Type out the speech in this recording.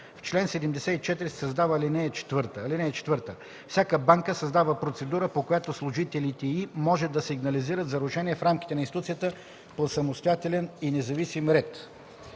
В чл. 74 се създава ал. 4: „(4) Всяка банка създава процедура, по която служителите й може да сигнализират за нарушения в рамките на институцията по самостоятелен и независим ред.”